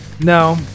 No